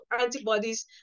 antibodies